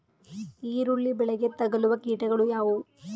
ಈರುಳ್ಳಿ ಬೆಳೆಗೆ ತಗಲುವ ಕೀಟಗಳು ಯಾವುವು?